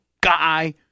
guy